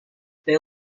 they